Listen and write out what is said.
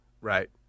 right